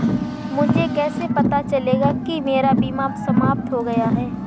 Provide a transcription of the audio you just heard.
मुझे कैसे पता चलेगा कि मेरा बीमा समाप्त हो गया है?